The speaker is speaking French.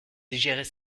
digérer